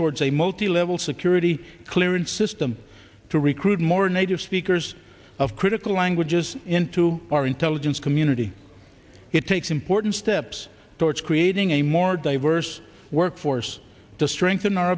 towards a multi level security clearance system to recruit more native speakers of critical languages into our intelligence community it takes important steps towards creating a more diverse workforce to strengthen our